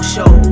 Show